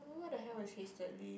eh what the hell is hastily